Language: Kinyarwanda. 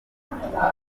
tugomba